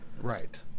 Right